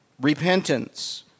repentance